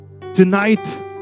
tonight